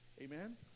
amen